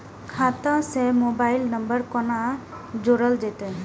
खाता से mobile number कोना जोरल जेते?